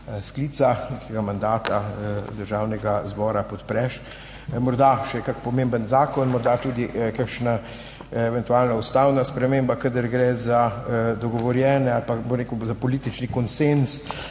nekega mandata Državnega zbora podpreš. Morda še kak pomemben zakon, morda tudi kakšna eventualno ustavna sprememba, kadar gre za dogovorjen ali pa, bom rekel, za politični konsenz